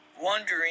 wondering